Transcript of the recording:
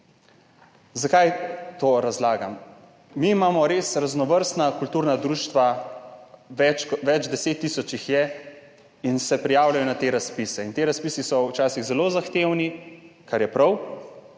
Zakaj to razlagam? Mi imamo res raznovrstna kulturna društva, več 10 tisoč jih je, ki se prijavljajo na te razpise. Ti razpisi so včasih zelo zahtevni, kar je prav,